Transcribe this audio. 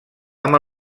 amb